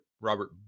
robert